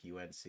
UNC